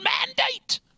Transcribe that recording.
mandate